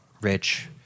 rich